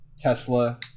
Tesla